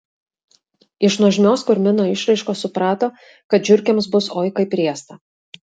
iš nuožmios kurmino išraiškos suprato kad žiurkėms bus oi kaip riesta